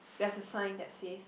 there's a sign that says